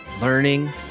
learning